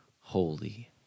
holy